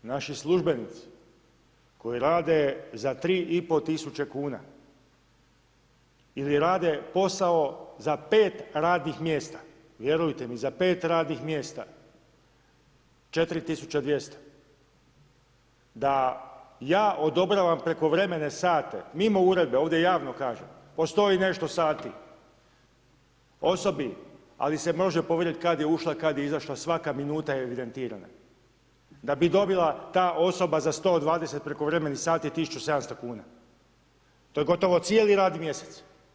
Naši službenici koji rade za 3.500 kuna ili rade posao za pet radnih mjesta, vjerujte mi za pet radnih mjesta 4.200 da ja odobravam prekovremeno sate, mimo uredbe, ovdje javno kažem, po 100 i nešto sati osobi, ali se može provjeriti kada je ušla i kada je izašla svaka minuta je evidentirana, da bi dobila ta osoba za 120 prekovremenih sati 1.700 kuna, to je gotovo cijeli radni mjesec.